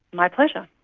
my pleasure.